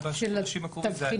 לגייס